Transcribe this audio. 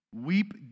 weep